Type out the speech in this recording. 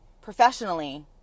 professionally